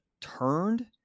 turned